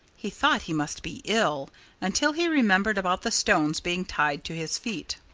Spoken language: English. he thought he must be ill until he remembered about the stones being tied to his feet.